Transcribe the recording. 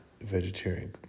vegetarian